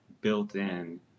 built-in